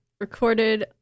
recorded